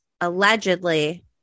Allegedly